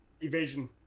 Evasion